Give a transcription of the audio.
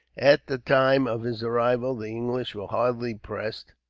at the time of his arrival the english were hardly pressed,